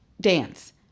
dance